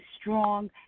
strong